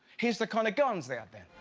here's the kind of guns they had